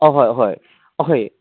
ꯑꯍꯣꯏ ꯍꯣꯏ ꯑꯍꯣꯏ